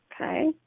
Okay